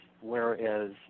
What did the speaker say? whereas